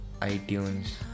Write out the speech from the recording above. iTunes